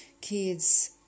kids